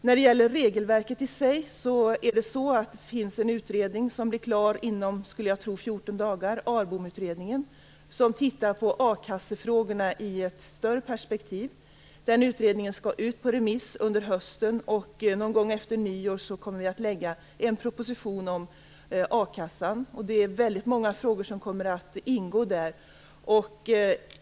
Vad gäller regelverket finns en utredning som blir klar inom 14 dagar och som tittar på a-kassefrågorna i ett större perspektiv. Den utredningen skall ut på remiss under hösten, och någon gång efter nyår kommer vi att lägga fram en proposition om a-kassan. Väldigt många frågor kommer att ingå i den propositionen.